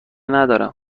ندارم